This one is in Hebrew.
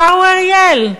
השר אורי אריאל,